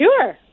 Sure